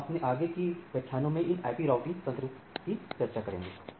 हम अपने आगे के व्याख्यानों में इन आईपी राऊटिंग तंत्र की चर्चा जारी रखेंगे